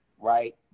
right